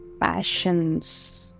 passions